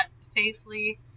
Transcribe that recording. safely